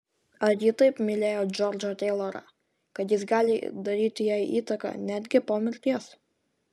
ar ji taip mylėjo džordžą teilorą kad jis gali daryti jai įtaką netgi po mirties